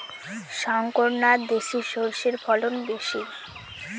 শংকর না দেশি সরষের ফলন বেশী?